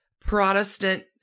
Protestant